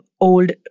old